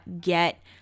get